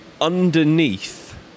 underneath